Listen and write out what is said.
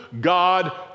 God